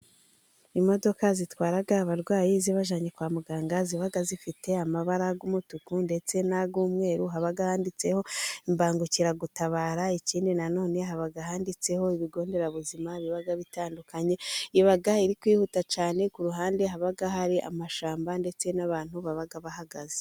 Imodoka zitwara abarwayi zibajyanye kwa muganga ziba zifite amabarara y'umutuku ndetse na y'umweru, haba handitseho imbangukiragutabara, ikindi nanone haba handitseho ibigo nderabuzima biba bitandukanye iba iri kwihuta cyane, ku ruhande haba hari amashamba ndetse n'abantu baba bahagaze.